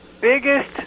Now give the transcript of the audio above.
biggest